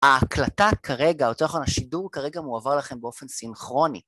ההקלטה כרגע, או תוכן השידור כרגע מועבר לכם באופן סינכרוני.